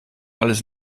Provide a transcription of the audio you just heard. alles